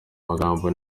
magambo